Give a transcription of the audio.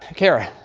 kara,